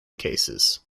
cases